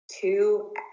two